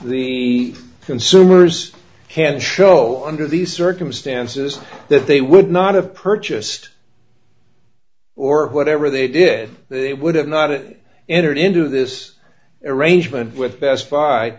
the consumers can show under these circumstances that they would not have purchased or whatever they did they would have not it entered into this arrangement with